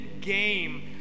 game